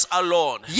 alone